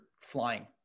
flying